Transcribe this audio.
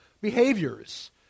behaviors